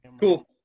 cool